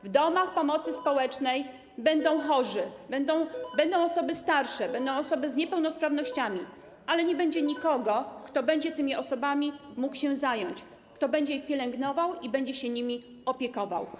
W domach pomocy społecznej będą chorzy, będą osoby starsze, będą osoby z niepełnosprawnościami, ale nie będzie nikogo, kto będzie mógł tymi osobami się zająć, kto będzie je pielęgnował i będzie się nimi opiekował.